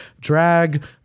drag